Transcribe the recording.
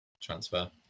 transfer